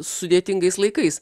sudėtingais laikais